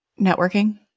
Networking